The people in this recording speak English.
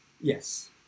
Yes